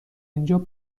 اینجا